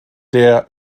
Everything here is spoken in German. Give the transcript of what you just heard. der